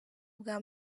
bwa